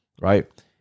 Right